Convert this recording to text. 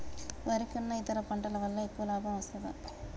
వరి కన్నా ఇతర పంటల వల్ల ఎక్కువ లాభం వస్తదా?